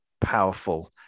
powerful